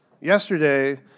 yesterday